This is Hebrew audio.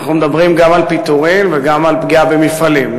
אנחנו מדברים גם על פיטורים וגם על פגיעה במפעלים.